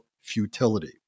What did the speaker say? futility